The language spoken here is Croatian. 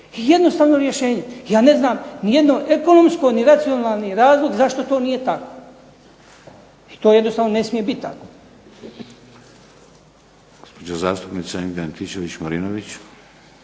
jednostavno rješenje. Ja ne znam nijedno ekonomsko ni racionalni razlog zašto to nije tako i to jednostavno ne smije biti tako.